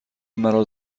مرا